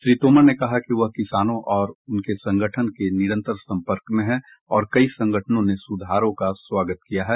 श्री तोमर ने कहा कि वह किसानों और उनके संगठनों के निरंतर संपर्क में हैं और कई संगठनों ने सुधारों का स्वागत किया है